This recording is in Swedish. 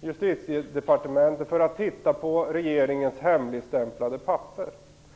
Justitiedepartementet för att titta på regeringens hemligstämplade papper.